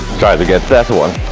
try to get that one!